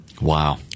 Wow